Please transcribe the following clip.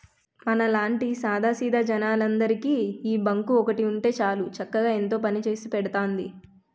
మనలాంటి సాదా సీదా జనాలందరికీ ఈ బాంకు ఒక్కటి ఉంటే చాలు చక్కగా ఎంతో పనిచేసి పెడతాంది